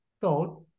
thought